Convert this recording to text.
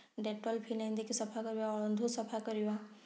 Dettol phenyl ଦେଇକି ସଫା କରିବା ଅଳନ୍ଧୁ ସଫା କରିବା